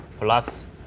plus